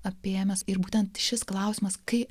apėmęs ir būtent šis klausimas kai